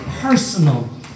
personal